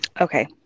Okay